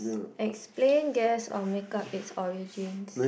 explain guess or make up its origins